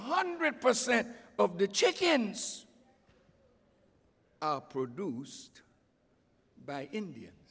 hundred percent of the chickens produced by india